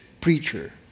preacher